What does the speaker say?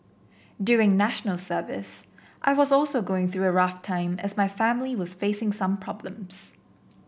during National Service I was also going through a rough time as my family was facing some problems